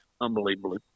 unbelievably